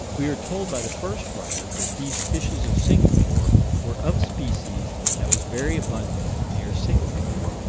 we are told by the first writer that these fishes of singapore were of a species that was very abundant near singapore.